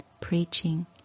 preaching